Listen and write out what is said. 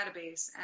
database